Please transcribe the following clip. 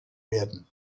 werden